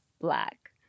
black